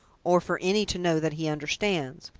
or for any to know that he understands.